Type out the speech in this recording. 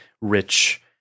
rich